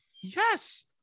yes